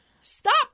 Stop